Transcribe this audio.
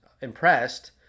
impressed